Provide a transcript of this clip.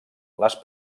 les